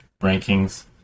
rankings